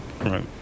Right